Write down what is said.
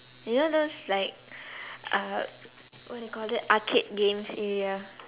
you know those like uh what do you call that arcade games area